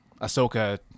Ahsoka